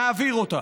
נעביר אותה.